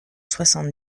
soixante